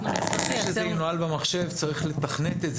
לפני שזה יהיה נוהל במחשב צריך לתכנת את זה